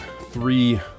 three